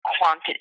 quantity